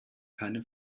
keine